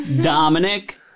Dominic